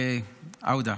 עוודה.